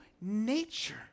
nature